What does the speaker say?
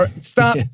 Stop